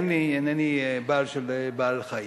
אינני בעלים של בעל-חיים,